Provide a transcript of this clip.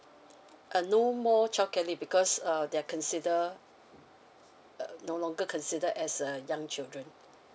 uh no more childcare leave because err they are considered uh no longer consider as a young children